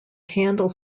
handle